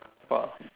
!wow!